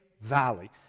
Valley